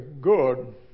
good